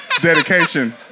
Dedication